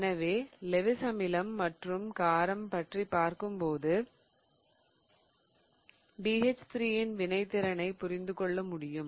எனவே லெவிஸ் அமிலம் மற்றும் காரம் பற்றி பார்க்கும்போது BH3இன் வினைத்திறனை புரிந்து கொள்ள முடியும்